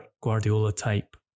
Guardiola-type